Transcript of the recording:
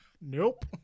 Nope